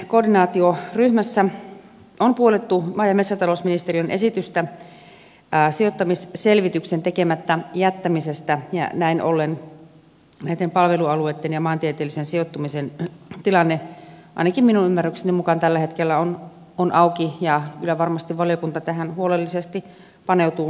alueellistamisen koordinaatioryhmässä on puollettu maa ja metsätalousministeriön esitystä sijoittamisselvityksen tekemättä jättämisestä ja näin ollen näitten palvelualueitten ja maantieteellisen sijoittumisen tilanne ainakin minun ymmärrykseni mukaan tällä hetkellä on auki ja kyllä varmasti valiokunta tähän huolellisesti paneutuu epäilemättä